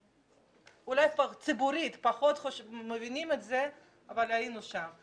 אולי ציבורית פחות מבינים את זה אבל היינו שם.